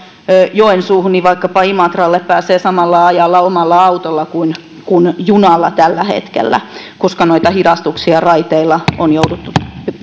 joensuuhun niin vaikkapa imatralle pääsee samalla ajalla omalla autolla kuin junalla tällä hetkellä koska noita hidastuksia raiteilla on jouduttu